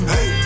Hey